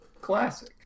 Classic